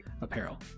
apparel